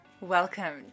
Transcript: Welcome